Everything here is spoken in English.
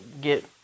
get